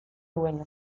duena